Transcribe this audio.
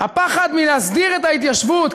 הפחד מלהסדיר את ההתיישבות,